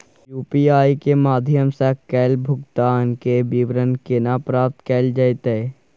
UPI के माध्यम सं कैल गेल भुगतान, के विवरण केना प्राप्त कैल जेतै?